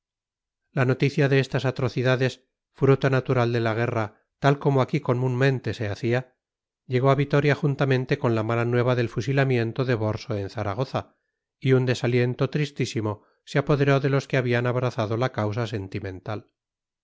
la noticia de estas atrocidades fruto natural de la guerra tal como aquí comúnmente se hacía llegó a vitoria juntamente con la mala nueva del fusilamiento de borso en zaragoza y un desaliento tristísimo se apoderó de los que habían abrazado la causa sentimental